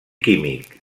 químic